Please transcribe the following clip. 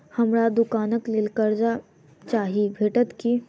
हमरा दुकानक लेल कर्जा चाहि भेटइत की?